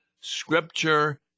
Scripture